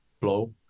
flow